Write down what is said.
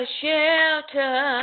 shelter